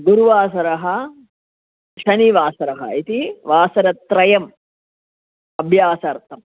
गुरुवासरः शनिवासरः इति वासरत्रयम् अभ्यासार्थम्